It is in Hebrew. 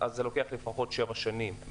זה לוקח לפחות שבע שנים.